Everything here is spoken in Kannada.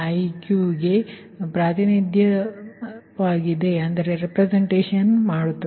ಈ ಕಡೆ ಅದು Iq ಆಗಿದೆ